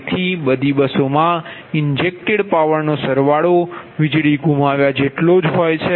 તેથી બધી બસોમાં ઇન્જેક્ટેડ પાવરનો સરવાળો વીજળી ગુમાવ્યા જેટલો છે